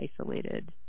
isolated